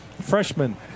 Freshman